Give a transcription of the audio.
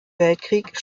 weltkrieg